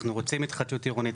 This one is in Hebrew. אנחנו רוצים התחדשות עירונית.